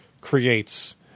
creates